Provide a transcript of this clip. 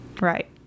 Right